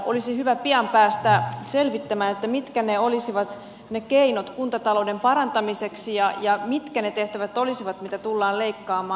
olisi hyvä pian päästä selvittämään mitkä olisivat ne keinot kuntatalouden parantamiseksi ja mitkä ne tehtävät olisivat mitä tullaan leikkaamaan